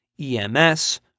EMS